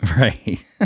Right